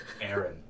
Aaron